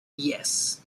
yes